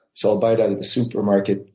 so i'll buy it at the supermarket,